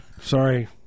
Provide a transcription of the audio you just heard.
sorry